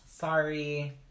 Sorry